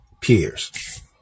peers